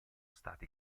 stati